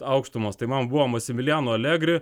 aukštumos tai man buvo masimiliano alegri